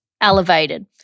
elevated